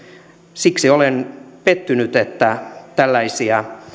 siksi olen pettynyt että tällaisia